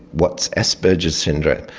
what's asperger's syndrome?